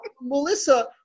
melissa